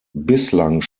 bislang